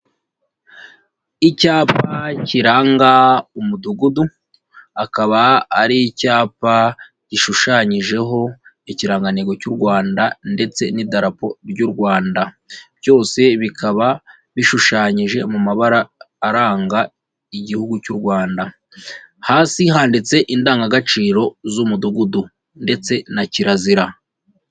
Icyapa kiranga umudugudu akaba ari icyapa gishushanyijeho ikirangantego cy'u Rwanda ndetse n'idarapo ry'u Rwanda, byose bikaba bishushanyije mu mabara aranga igihugu cy'u Rwanda, hasi handitse indangagaciro z'umudugudu ndetse na kirazira.